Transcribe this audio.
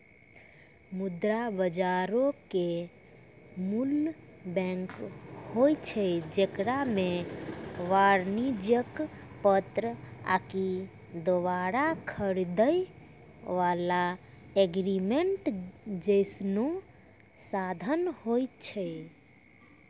मुद्रा बजारो के मूल बैंक होय छै जेकरा मे वाणिज्यक पत्र आकि दोबारा खरीदै बाला एग्रीमेंट जैसनो साधन होय छै